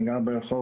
אני גר ברחובות,